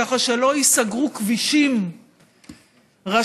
ככה שלא ייסגרו כבישים ראשיים,